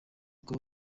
kuba